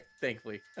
thankfully